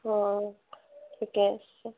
অঁ ঠিকে